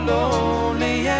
lonely